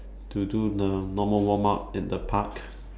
to do the normal warm up in the park